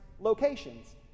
locations